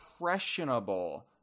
impressionable